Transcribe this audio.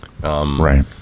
right